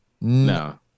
no